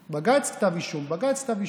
בג"ץ, כתב אישום, בג"ץ, כתב אישום.